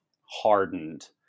hardened